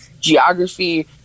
geography